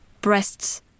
breasts